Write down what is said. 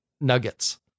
nuggets